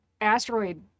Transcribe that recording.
asteroid